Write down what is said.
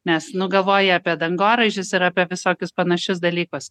nes nu galvoji apie dangoraižius ir apie visokius panašius dalykus